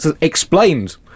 explained